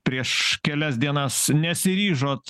prieš kelias dienas nesiryžot